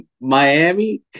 Miami